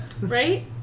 Right